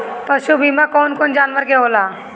पशु बीमा कौन कौन जानवर के होला?